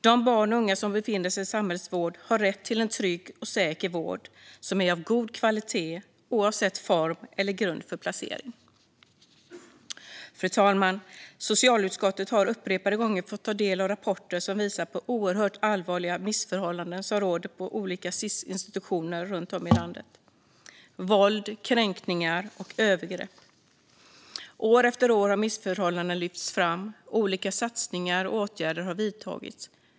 De barn och unga som befinner sig i samhällets vård har rätt till en trygg och säker vård som är av god kvalitet, oavsett form eller grund för placering. Fru talman! Socialutskottet har upprepade gånger fått ta del av rapporter som visar på oerhört allvarliga missförhållanden som råder på olika Sis-institutioner runt om i landet, med våld, kränkningar och övergrepp. År efter år har missförhållanden lyfts fram. Olika satsningar och åtgärder har vidtagits.